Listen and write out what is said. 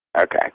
Okay